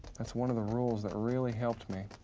that's one of the rules that really helped me.